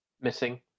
missing